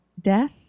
Death